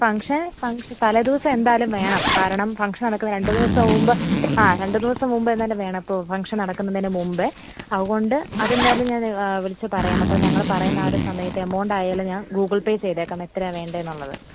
function ഫങ്ഷ് തലേ ദിവസം എന്തായാലും വേണം കാരണം ഫംഗ്ഷൻ നടക്കുന്ന രണ്ടുമൂന്ന് ദിവസം മുമ്പ് ആ രണ്ടുമൂന്ന് ദിവസം മുമ്പേ എന്തായാലും വേണം ഇപ്പോൾ ഫംഗ്ഷൻ നടക്കുന്നതിന് മുമ്പേ അതുകൊണ്ട് അതെന്തായാലും ഞാൻ വിളിച്ച് പറയാം അപ്പോൾ ഞങ്ങൾ പറയുന്ന ആ ഒരു സമയത്ത് എമൗണ്ട് ആയാലും ഞാൻ ഗൂഗിൾ പേ ചെയ്തേക്കാം എത്രയാണ് വേണ്ടത് എന്നുള്ളത്